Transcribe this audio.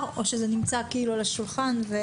או שזה נמצא על השולחן ודנים על זה ביחד?